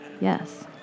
Yes